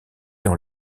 dans